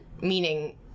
meaning